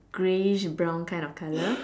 grayish brown kind of colour